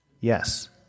Yes